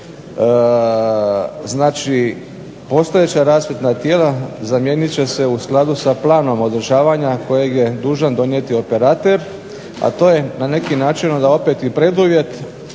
Znači, postojeća rasvjetna tijela zamijenit će se u skladu sa planom održavanja kojeg je dužan donijeti operater, a to je na neki način onda opet i preduvjet